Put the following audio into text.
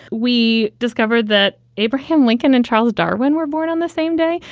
we discovered that abraham lincoln and charles darwin were born on the same day.